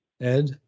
Ed